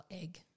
egg